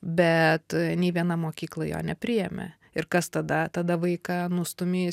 bet nei viena mokykla jo nepriėmė ir kas tada tada vaiką nustumi į